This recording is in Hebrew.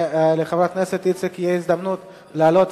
ולחברת הכנסת איציק תהיה הזדמנות לעלות